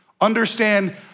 understand